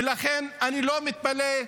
ולכן אני לא מתפלא,